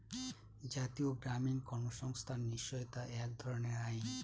জাতীয় গ্রামীণ কর্মসংস্থান নিশ্চয়তা এক ধরনের আইন